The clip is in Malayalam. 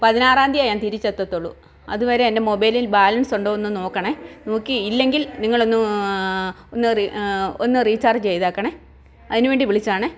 പതിനാറാന്തി ഞാൻ തിരിച്ചെത്തത്തൊള്ളു അത് വരെ എൻ്റെ മൊബൈലിൽ ബാലൻസൊണ്ടോന്നൊന്ന് നോക്കണം നോക്കി ഇല്ലെങ്കിൽ നിങ്ങളൊന്ന് ഒന്ന് റീ ഒന്ന് റീചാർജ് ചെയ്തേക്കണെ അതിനു വേണ്ടി വിളിച്ചതാണ്